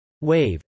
Wave